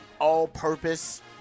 all-purpose